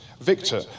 Victor